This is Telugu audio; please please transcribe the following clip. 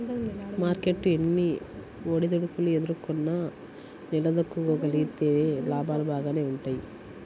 మార్కెట్టు ఎన్ని ఒడిదుడుకులు ఎదుర్కొన్నా నిలదొక్కుకోగలిగితే లాభాలు బాగానే వుంటయ్యి